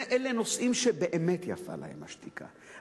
אלה נושאים שבאמת יפה להם השתיקה,